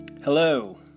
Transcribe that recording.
Hello